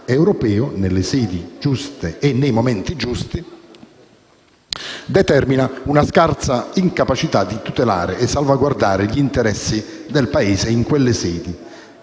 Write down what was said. nelle sedi giuste e nei momenti giusti, determina una scarsa capacità di tutelare e salvaguardare gli interessi del Paese in quelle sedi